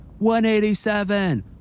187